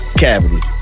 cavity